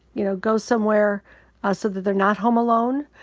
you know, go somewhere ah so that they're not home alone.